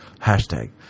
Hashtag